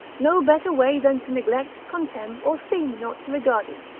no better way, than to neglect, contemn, or seem not to regard it,